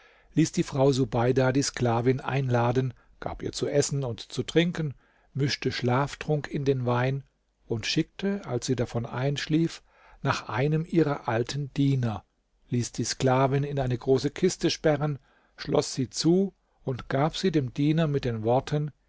ließ die frau subeida die sklavin einladen gab ihr zu essen und zu trinken mischte schlaftrunk in den wein und schickte als sie davon einschlief nach einem ihrer alten diener ließ die sklavin in eine große kiste sperren schloß sie zu und gab sie dem diener mit den worten